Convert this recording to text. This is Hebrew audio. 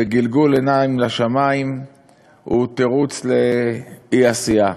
וגלגול עיניים לשמים הוא תירוץ לאי-עשייה.